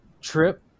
trip